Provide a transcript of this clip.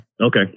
Okay